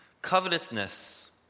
covetousness